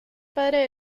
padre